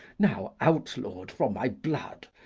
now outlaw'd from my blood.